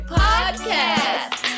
podcast